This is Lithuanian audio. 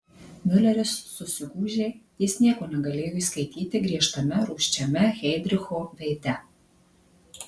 miuleris susigūžė jis nieko negalėjo įskaityti griežtame rūsčiame heidricho veide